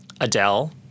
Adele